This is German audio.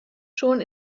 schon